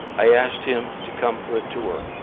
i asked him to come for a tour.